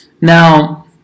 Now